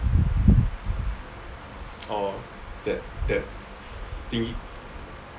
orh that that thing